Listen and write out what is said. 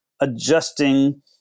adjusting